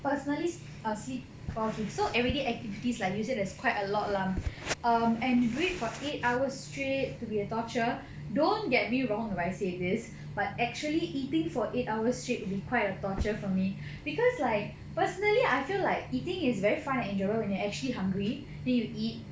personally err sleep for okay so everyday activities like you said there's quite a lot lah um and do it for eight hours straight to be a torture don't get me wrong if I say this but actually eating for eight hours straight will be quite a torture for me because like personally I feel like eating is very fun and enjoyable when you are actually hungry then you eat